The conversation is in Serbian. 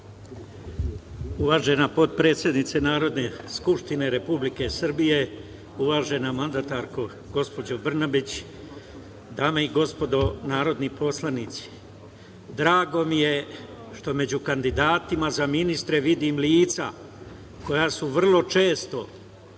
Uvažena potpredsednice Narodne skupštine Republike Srbije, uvažena mandatarko gospođo Brnabić, dame i gospodo narodni poslanici, drago mi je što među kandidatima za ministre vidim lica koja su vrlo često